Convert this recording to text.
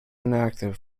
inactive